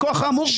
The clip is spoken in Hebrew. מכוח האמור בו,